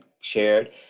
shared